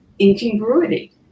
incongruity